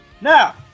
now